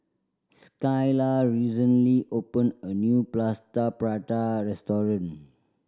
Skylar recently opened a new Plaster Prata restaurant